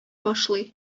башлый